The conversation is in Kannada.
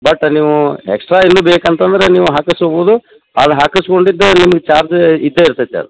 ಬಟ್ ನೀವು ಎಕ್ಸ್ಟ್ರಾ ಇನ್ನು ಬೇಕಂತಂದರೆ ನೀವು ಹಾಕಿಸ್ಕೋಬೋದು ಅದು ಹಾಕಿಸಿಕೊಂಡಿದ್ದೆ ನಿಮಗೆ ಚಾರ್ಜ್ ಇದ್ದೇ ಇರ್ತೈತೆ ಅದು